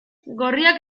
gorriak